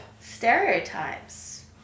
stereotypes